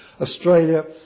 Australia